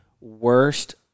worst